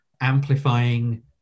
amplifying